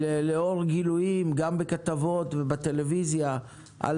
לאור גילויים גם בכתבות ובטלוויזיה על